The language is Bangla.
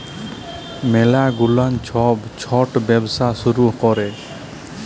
ম্যালা গুলান ছব ছট ব্যবসা শুরু ক্যরে